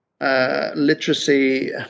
Literacy